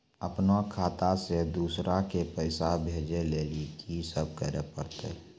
अपनो खाता से दूसरा के पैसा भेजै लेली की सब करे परतै?